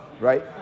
Right